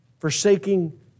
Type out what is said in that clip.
forsaking